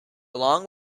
along